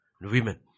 women